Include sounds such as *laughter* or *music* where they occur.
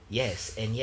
*breath*